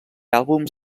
àlbums